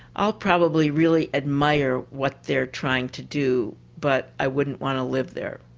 i'll probably really admire what they're trying to do, but i wouldn't want to live there.